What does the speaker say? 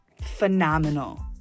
phenomenal